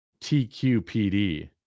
TQPD